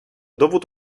dowód